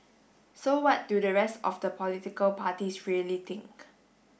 so what do the rest of the political parties really think